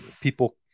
people